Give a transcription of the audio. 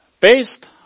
Based